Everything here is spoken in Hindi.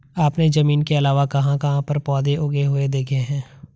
आपने जमीन के अलावा कहाँ कहाँ पर पौधे उगे हुए देखे हैं?